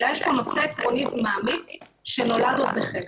אלא יש פה נושא עקרוני ומעמיק שנולד בחטא.